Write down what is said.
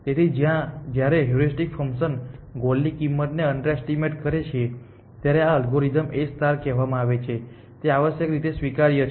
તેથી જ્યારે heuristic function goal ની કિંમતને અંડરએસ્ટિમેટ કરે છે ત્યારે આ અલ્ગોરિધમને A કહેવામાં આવે છે અને તે આવશ્યક રીતે સ્વીકાર્ય છે